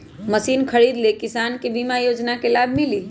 Machine खरीदे ले किसान के बीमा योजना के लाभ मिली?